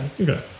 okay